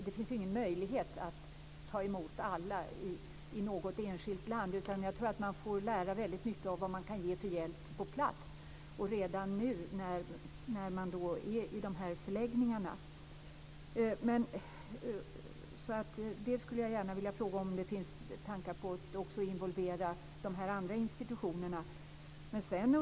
Det finns ju ingen möjlighet att ta emot alla i något enskilt land, utan jag tror att man får lära väldigt mycket av vad man kan ge för hjälp på plats och redan nu när man är i dessa förläggningar. Jag undrar om det finns några tankar på att involvera dessa andra institutioner?